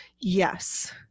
yes